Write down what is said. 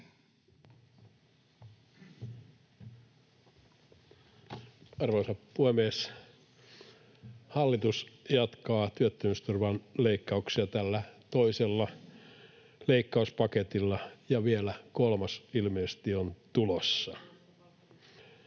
Arvoisa puhemies! Hallitus jatkaa työttömyysturvan leikkauksia tällä toisella leikkauspaketilla, ja ilmeisesti vielä kolmas on tulossa.